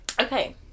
Okay